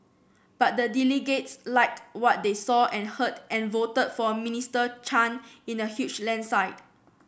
but the delegates liked what they saw and heard and voted for Minister Chan in a huge landslide